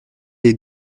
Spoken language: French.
les